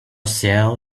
sale